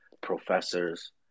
professors